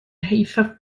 eithaf